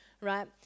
right